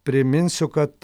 priminsiu kad